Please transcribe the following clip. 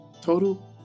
Total